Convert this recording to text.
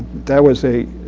that was a